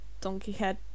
donkey-head